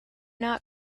not